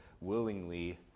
willingly